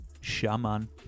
Shaman